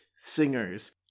singers